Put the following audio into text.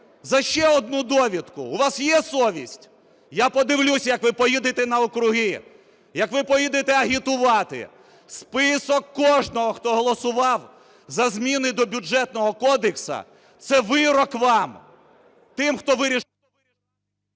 за ще одну довідку. У вас є совість?! Я подивлюсь, як ви поїдете на округи, як ви поїдете агітувати. Список кожного, хто голосував за зміни до Бюджетного кодексу, це вирок вам, тим, хто вирішив… ГОЛОВУЮЧИЙ.